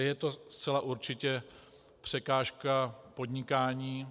Je to zcela určitě překážka v podnikání.